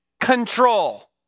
control